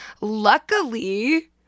Luckily